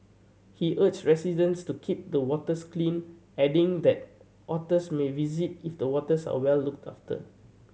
he urged residents to keep the waters clean adding that otters may visit if the waters are well looked after